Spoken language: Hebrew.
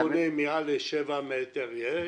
שבונה מעל לשבע מ' יש.